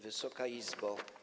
Wysoka Izbo!